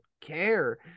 care